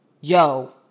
Yo